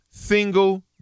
single